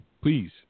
please